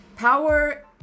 Power